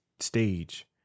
Stage